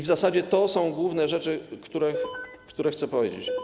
W zasadzie to są główne rzeczy, które chcę powiedzieć.